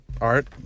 Art